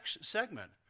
segment